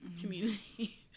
community